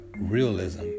realism